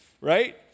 right